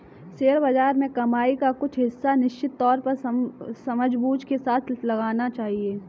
share बाज़ार में कमाई का कुछ हिस्सा निश्चित तौर पर समझबूझ के साथ लगाना चहिये